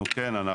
כן.